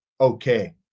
okay